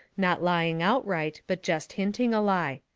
not lying outright, but jest hinting a lie.